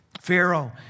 Pharaoh